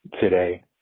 today